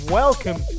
welcome